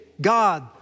God